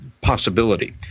possibility